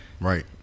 right